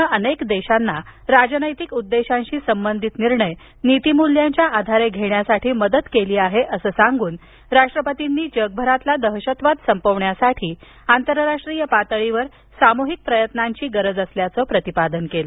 नं अनेक देशांना राजनैतिक उद्देशांशी संबंधित निर्णय नीतिमूल्यांच्या आधारे घेण्यासाठी मदत केली आहे असं सांगून राष्ट्रपतींनी जगभरातील दहशतवाद संपविण्यासाठी आंतरराष्ट्रीय पातळीवर सामूहिक प्रयत्नांची गरज असल्याचं प्रतिपादन केलं